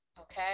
okay